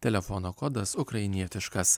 telefono kodas ukrainietiškas